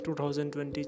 2020